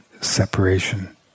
separation